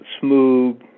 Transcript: smooth